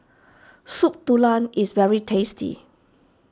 Soup Tulang is very tasty